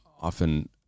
often